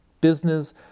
business